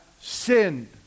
sinned